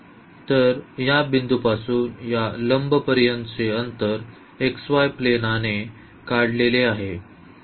तर या बिंदूपासून या लंब पर्यंतचे अंतर xy प्लेनाने काढलेले आहे